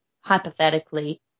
hypothetically